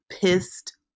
pissed